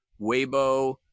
Weibo